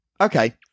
Okay